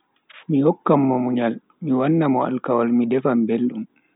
Mi hokkan mo munyal, mi wanna mo alkawal mi defan beldum.